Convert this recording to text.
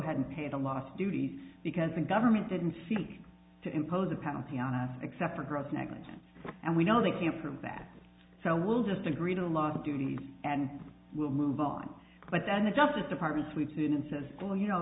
ahead and pay the last duty because the government didn't seek to impose a penalty on us except for gross negligence and we know they can't prove that so we'll just agreed a lot of duties and we'll move on but then the justice department sweeps in and says well you know